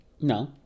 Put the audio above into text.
No